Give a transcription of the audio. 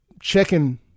checking